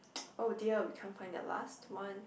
oh dear we can't find the last one